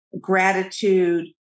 gratitude